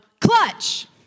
clutch